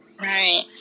Right